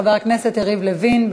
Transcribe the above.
חבר הכנסת יריב לוין,